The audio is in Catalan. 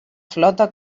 flota